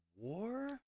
war